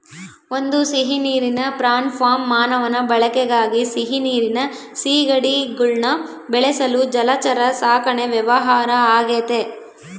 ಒಂದು ಸಿಹಿನೀರಿನ prawn farm ಮಾನವನ ಬಳಕೆಗಾಗಿ ಸಿಹಿನೀರಿನ ಸೀಗಡಿಗುಳ್ನ ಬೆಳೆಸಲು ಜಲಚರ ಸಾಕಣೆ ವ್ಯವಹಾರ ಆಗೆತೆ